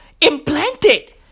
implanted